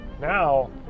now